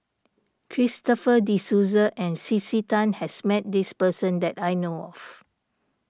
Christopher De Souza and C C Tan has met this person that I know of